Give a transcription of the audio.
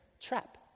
trap